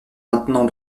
maintenant